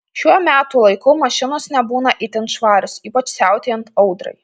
šiuo metų laiku mašinos nebūna itin švarios ypač siautėjant audrai